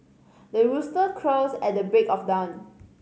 the rooster crows at the break of dawn